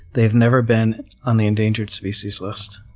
they've never been on the endangered species list.